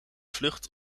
vlucht